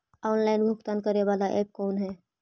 Online भुगतान करे बाला ऐप कौन है?